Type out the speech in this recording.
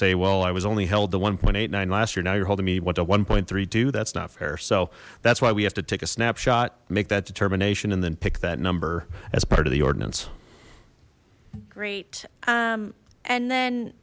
say well i was only held to one point eight nine last year now you're holding me what's a one point three that's not fair so that's why we have to take a snapshot make that determination and then pick that number as part of the ordinance great and then